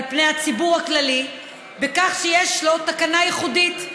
הציבור הכללי בכך שיש לו תקנה ייחודית,